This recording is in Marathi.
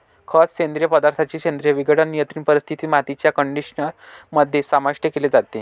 खत, सेंद्रिय पदार्थांचे सेंद्रिय विघटन, नियंत्रित परिस्थितीत, मातीच्या कंडिशनर मध्ये समाविष्ट केले जाते